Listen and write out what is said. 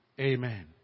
Amen